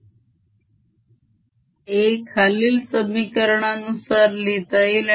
A खालील समिकरणानुसार लिहिता येईल